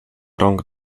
rąk